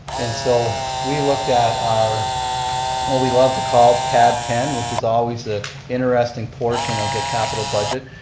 and so we looked at our what we love to call tab ten which is always the interesting portion of the capital budget.